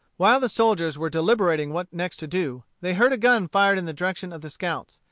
while the soldiers were deliberating what next to do, they heard a gun fired in the direction of the scouts,